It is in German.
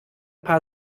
paar